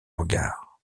regard